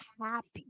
happy